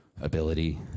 Ability